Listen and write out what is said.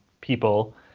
people